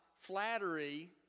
flattery